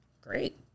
great